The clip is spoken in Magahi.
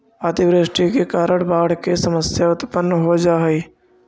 अतिवृष्टि के कारण बाढ़ के समस्या उत्पन्न हो जा हई